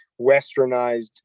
westernized